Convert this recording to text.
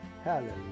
Hallelujah